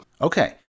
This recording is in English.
Okay